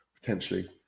potentially